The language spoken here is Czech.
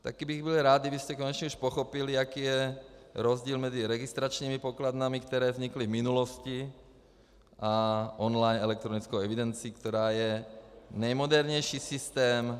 Taky bych byl rád, kdybyste konečně už pochopili, jaký je rozdíl mezi registračními pokladnami, které vznikly v minulosti, a online elektronickou evidencí, která je nejmodernější systém.